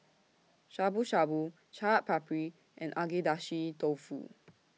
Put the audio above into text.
Shabu Shabu Chaat Papri and Agedashi Dofu